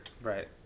right